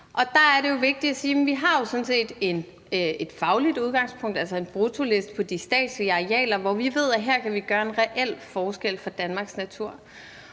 Der er det vigtigt at sige, at vi sådan set har et fagligt udgangspunkt, altså en bruttoliste med de statslige arealer, hvor vi ved, at der kan vi gøre en reel forskel for Danmarks natur.